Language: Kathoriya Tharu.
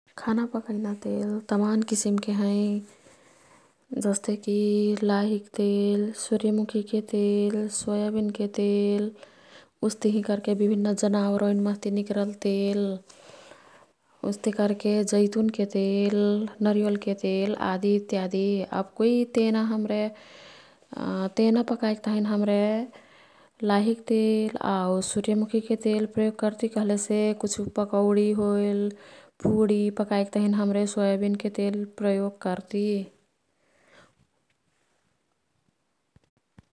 खाना पकैना तेल तमान किसिमके हैं। जस्तेकी लाहिक तेल, सुर्यमुखीके तेल, सोयाबिनके तेल। उस्तिही कर्के विभिन्न जनावर ओईन् मह्ती निकरल तेल। उस्ती कर्के जैतुन् के तेल, नरिवलके तेल आदि इत्यादी। अब कुई तेना हाम्रे तेना पकाईक् तहिन हमरे लाहिक तेल आऊ सूर्यमुखी के तेल प्रयोग कर्ती कह्लेसे कुछु पकौडी होइल पुडी पकाईक् तहिन हमरे सोयाबिनके तेल प्रयोग कर्ती।